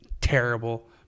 terrible